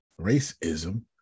racism